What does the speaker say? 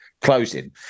closing